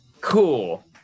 Cool